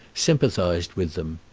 sympathized with them.